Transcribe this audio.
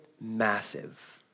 massive